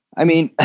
i mean,